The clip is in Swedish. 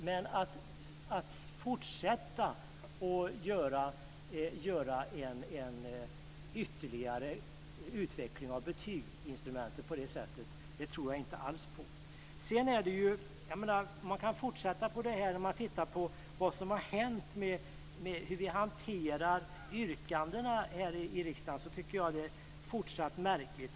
Men att fortsätta och göra en ytterligare utveckling av betygsinstrumentet på det sätt som Erling Wälivaara förespråkar tror jag inte alls på. Sedan tycker jag att yrkandena här i riksdagen hanteras fortsatt märkligt.